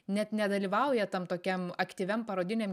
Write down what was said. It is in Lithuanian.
net nedalyvauja tam tokiam aktyviam parodiniam